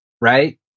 Right